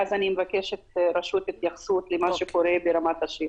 ואז אני מבקשת רשות התייחסות למה שקורה ברמת השטח.